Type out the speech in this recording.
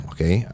Okay